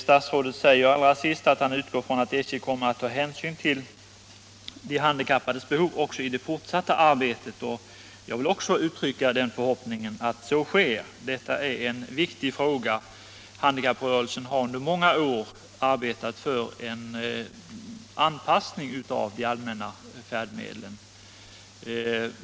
Statsrådet säger allra sist i svaret att han ”utgår från att SJ kommer att ta hänsyn till de handikappades behov också i det fortsatta arbetet”. Jag vill också uttrycka förhoppningen att så sker. Detta är en viktig fråga. Handikapprörelsen har under många år arbetat för en anpassning av de allmänna färdmedlen.